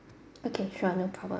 okay sure no problem